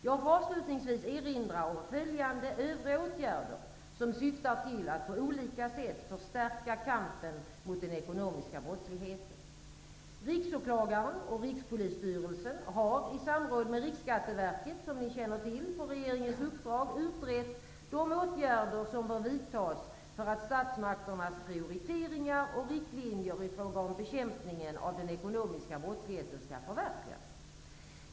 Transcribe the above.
Jag får avslutningsvis erinra om följande övriga åtgärder som syftar till att på olika sätt förstärka kampen mot den ekonomiska brottsligheten. Riksåklagaren och Rikspolisstyrelsen har i samråd med Riksskatteverket, som ni känner till, på regeringens uppdrag utrett de åtgärder som bör vidtas för att statsmakternas prioriteringar och riktlinjer i fråga om bekämpningen av den ekonomiska brottsligheten skall förverkligas.